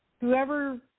Whoever